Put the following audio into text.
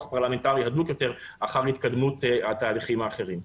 פרלמנטרי הדוק יותר אחר התקדמות התהליכים האחרים.